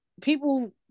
people